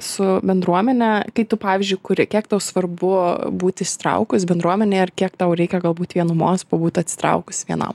su bendruomene kai tu pavyzdžiui kuri kiek tau svarbu būt įsitraukus bendruomenėj ir kiek tau reikia galbūt vienumos pabūt atsitraukus vienam